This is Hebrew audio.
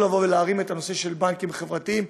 לבוא ולהרים את הנושא של בנקים חברתיים,